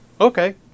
Okay